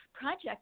project